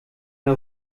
der